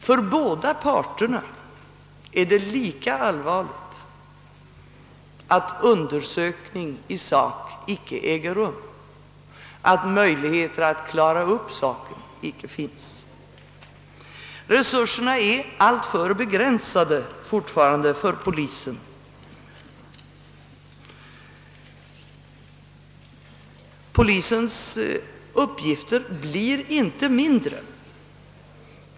För båda parterna är det mycket allvarligt att undersökning i sak icke äger rum, att möjligheterna att klara upp en sak inte finns. Polisens resurser är fortfarande alltför begränsade. Polisens uppgifter blir inte mindre.